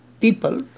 people